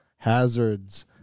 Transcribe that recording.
Hazards